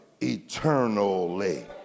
eternally